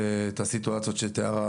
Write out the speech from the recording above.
ואת הסיטואציות שתיארה